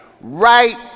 right